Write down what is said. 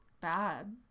bad